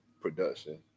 production